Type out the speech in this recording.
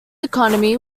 economy